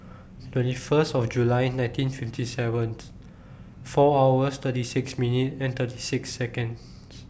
twenty First of July nineteen fifty seven four hours thirty six minute and thirty six Seconds